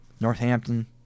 Northampton